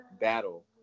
battle